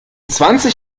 zwanzig